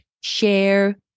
share